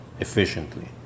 efficiently